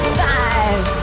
five